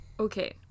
Okay